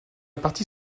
partie